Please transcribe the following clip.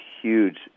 huge